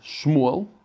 Shmuel